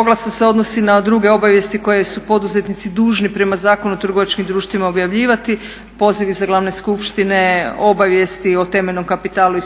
oglasa se odnosi na druge obavijesti koje su poduzetnici dužni prema Zakonu o trgovačkim društvima objavljivati, pozivi za glavne skupštine, obavijesti o temeljnom kapitalu i